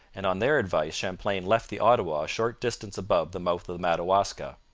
and on their advice champlain left the ottawa a short distance above the mouth of the madawaska.